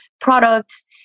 products